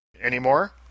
Anymore